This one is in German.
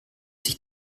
sich